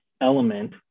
element